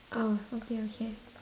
oh okay okay